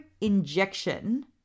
injection